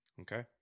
Okay